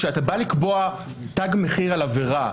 כשאתה בא לקבוע תג מחיר על עבירה,